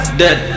dead